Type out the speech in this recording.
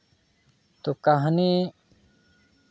ᱛᱚ ᱠᱟᱹᱦᱱᱤ